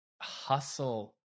hustle